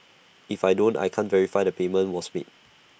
if I don't I can't verify the payment was made